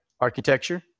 Architecture